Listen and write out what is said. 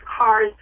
cars